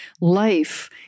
life